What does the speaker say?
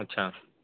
अच्छा